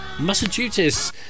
Massachusetts